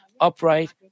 upright